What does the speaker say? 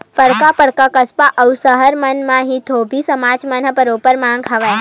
बड़का बड़का कस्बा अउ सहर मन म ही धोबी समाज मन के बरोबर मांग हवय